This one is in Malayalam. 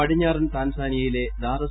പടിഞ്ഞാറൻ ടാൻസാനിയയിലെദാർഎസ്